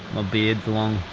beard's long.